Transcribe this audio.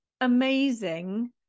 amazing